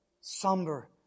somber